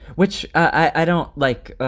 which i don't like.